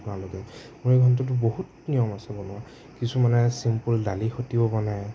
আপোনালোকে মুড়ি ঘন্টটো বহুত নিয়ম আছে বনোৱা কিছুমানে চিম্পুল দালিৰ সতিও বনায়